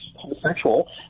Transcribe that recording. homosexual